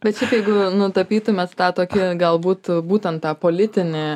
bet šiaip jeigu nutapytumėt tą tokį galbūt būtent tą politinį